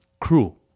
crew